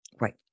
Right